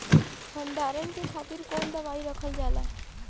भंडारन के खातीर कौन दवाई रखल जाला?